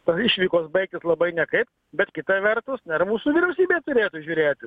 tos išvykos baigtis labai nekaip bet kita vertus na ir mūsų vyriausybė turėtų žiūrėti